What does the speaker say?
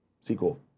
sequel